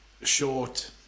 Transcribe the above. short